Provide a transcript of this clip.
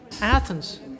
Athens